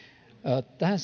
tähän